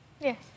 Yes